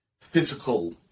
physical